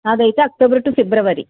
అదైతే October to February